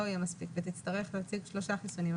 יהיה מספיק ותצטרך להוציא שלושה חיסונים.